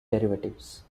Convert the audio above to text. derivatives